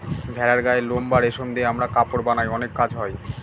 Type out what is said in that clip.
ভেড়ার গায়ের লোম বা রেশম দিয়ে আমরা কাপড় বানায় অনেক কাজ হয়